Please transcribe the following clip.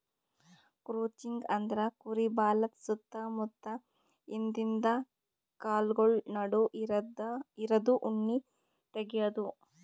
crutching ಅಂದ್ರ ಕುರಿ ಬಾಲದ್ ಸುತ್ತ ಮುತ್ತ ಹಿಂದಿಂದ ಕಾಲ್ಗೊಳ್ ನಡು ಇರದು ಉಣ್ಣಿ ತೆಗ್ಯದು